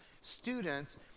students